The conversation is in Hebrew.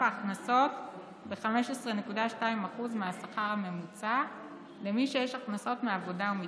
ההכנסות ב-15.2% מהשכר הממוצע למי שיש לו הכנסות מעבודה ומפנסיה.